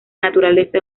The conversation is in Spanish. naturaleza